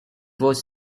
was